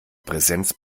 präsenz